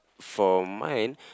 for mine